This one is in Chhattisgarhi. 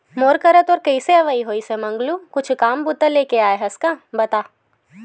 मोर करा तोर कइसे अवई होइस हे मंगलू कुछु काम बूता लेके आय हस का बता?